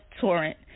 torrent